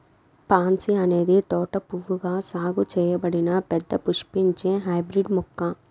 pansy అనేది తోట పువ్వుగా సాగు చేయబడిన పెద్ద పుష్పించే హైబ్రిడ్ మొక్క